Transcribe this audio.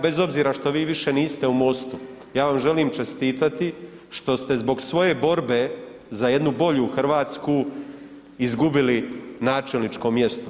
Bez obzira što vi više niste u Mostu, ja vam želim čestitati što ste zbog svoje borbe za jednu bolju Hrvatsku izgubili načelničko mjesto.